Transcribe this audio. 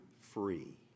free